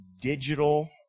digital